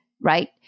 right